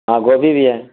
ہاں گوبھی بھی ہے